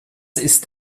ist